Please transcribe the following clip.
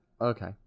okay